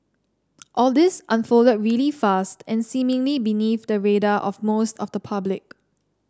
all this unfolded really fast and seemingly beneath the radar of most of the public